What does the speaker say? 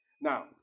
Now